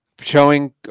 showing